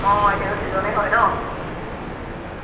অঁ এতিয়াতো ছিজনে হয় ন